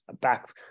back